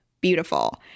beautiful